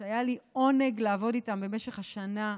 שהיה לי העונג לעבוד איתם במשך השנה,